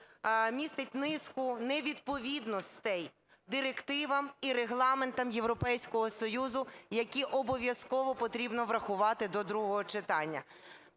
містить низку невідповідностей директивам і регламентам Європейського Союзу, які обов'язково потрібно врахувати до другого читання.